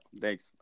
thanks